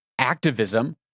activism